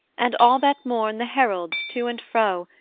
and all that morn the heralds to and fro,